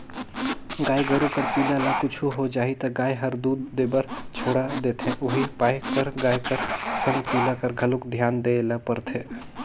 गाय गोरु कर पिला ल कुछु हो जाही त गाय हर दूद देबर छोड़ा देथे उहीं पाय कर गाय कर संग पिला कर घलोक धियान देय ल परथे